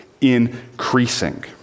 increasing